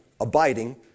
abiding